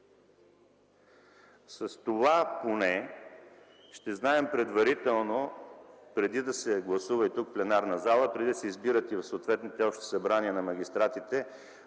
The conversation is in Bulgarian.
С това поне ще знаем предварително, преди да се гласува и в пленарната зала, преди и да се избират от съответните общи събрания на магистратите,